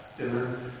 Dinner